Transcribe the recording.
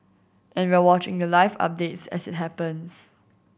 and we're watching the life updates as it happens